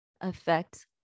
affect